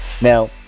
now